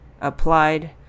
applied